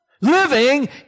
Living